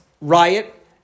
riot